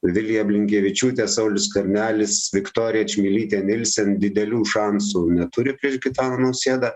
vilija blinkevičiūtė saulius skvernelis viktorija čmilytė nilsen didelių šansų neturi prieš gitaną nausėdą